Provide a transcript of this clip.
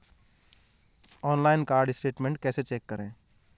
Online card statement कैसे check करें?